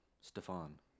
Stefan